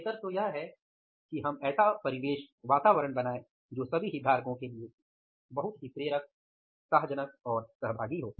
बेहतर तो यह है कि हमें ऐसा वातावरण बनाना होगा जो सभी हितधारकों के लिए बहुत ही प्रेरक उत्साहजनक और सहभागी हो